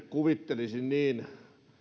kuvittelisin niin